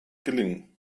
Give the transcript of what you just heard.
gelingen